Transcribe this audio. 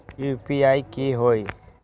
UPI की होई?